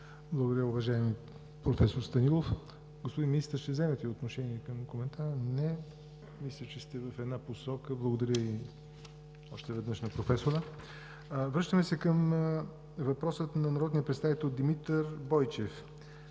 Благодаря, уважаеми професор Станилов. Господин Министър, ще вземете ли отношение към коментара? Не. Вървите в една посока. Благодаря още веднъж на професора. Връщаме се към въпроса от народния представител Димитър Бойчев